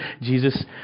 Jesus